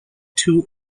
two